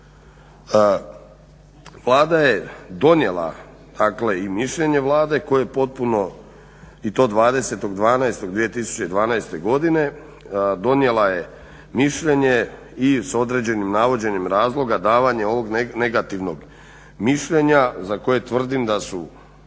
Vlada je donijela i mišljenje Vlade koje je potpuno i to 20.12.2012. godine donijela je mišljenje i s određenim navođenjem razloga davanje ovog negativnog mišljenja za koje tvrdim da su